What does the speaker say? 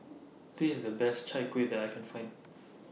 This IS The Best Chai Kueh that I Can Find